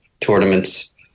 tournaments